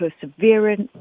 perseverance